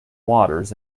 waters